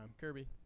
Kirby